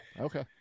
Okay